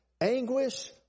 Anguish